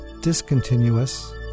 discontinuous